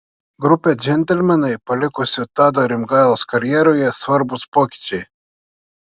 grupę džentelmenai palikusio tado rimgailos karjeroje svarbūs pokyčiai